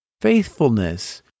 faithfulness